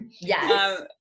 yes